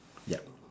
yup